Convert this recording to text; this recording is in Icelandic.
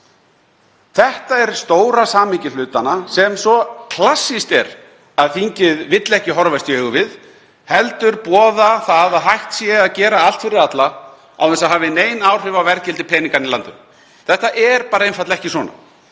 Þetta er stóra samhengi hlutanna sem svo klassískt er að þingið vill ekki horfast í augu við heldur boða að hægt sé að gera allt fyrir alla án þess að það hafi nein áhrif á verðgildi peninganna í landinu. Þetta er einfaldlega ekki svona.